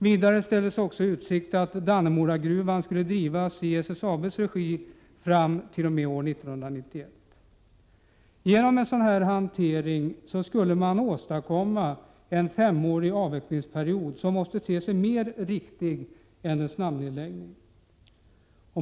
Vidare ställdes också i utsikt att Dannemoragruvan skulle drivas i SSAB:s regi t.o.m. år 1991. Genom en sådan hantering skulle en femårig avvecklingsperiod åstadkommas, som måste te sig mer riktig än en snabbnedläggning.